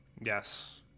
Yes